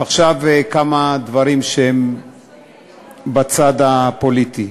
ועכשיו כמה דברים בצד הפוליטי.